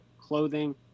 clothing